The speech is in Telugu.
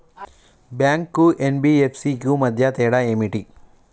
బ్యాంక్ కు ఎన్.బి.ఎఫ్.సి కు మధ్య తేడా ఏమిటి?